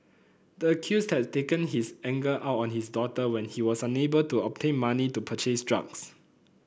the accused had taken his anger out on his daughter when he was unable to obtain money to purchase drugs